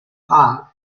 hogg